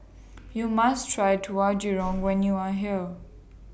YOU must Try Tauhu Goreng when YOU Are here